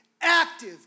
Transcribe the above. active